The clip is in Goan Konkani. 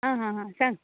आं आं हां सांग